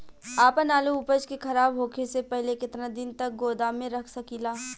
आपन आलू उपज के खराब होखे से पहिले केतन दिन तक गोदाम में रख सकिला?